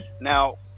Now